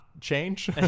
change